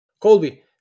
Colby